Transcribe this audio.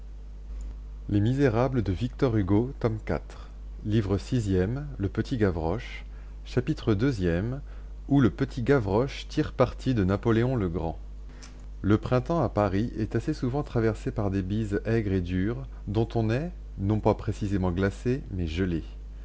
chapitre ii où le petit gavroche tire parti de napoléon le grand le printemps à paris est assez souvent traversé par des bises aigres et dures dont on est non pas précisément glacé mais gelé